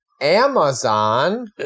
Amazon